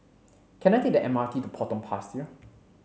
can I take the M R T to Potong Pasir